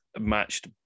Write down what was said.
matched